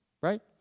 right